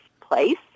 place